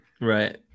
right